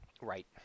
Right